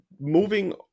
moving